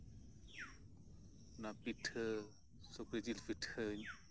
ᱚᱱᱟ ᱯᱤᱴᱷᱟᱹ ᱥᱩᱠᱨᱤ ᱡᱮᱹᱞ ᱯᱤᱴᱷᱟᱹᱧ